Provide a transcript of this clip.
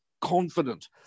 confident